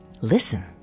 Listen